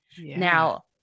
Now